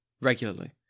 regularly